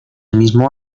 mismo